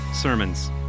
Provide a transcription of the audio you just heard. sermons